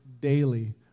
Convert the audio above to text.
daily